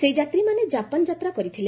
ସେହି ଯାତ୍ରୀମାନେ ଜାପାନ୍ ଯାତ୍ରା କରିଥିଲେ